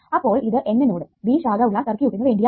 അപ്പോൾ ഇത് N node B ശാഖ ഉള്ള സർക്യൂട്ടിനു വേണ്ടിയാണ്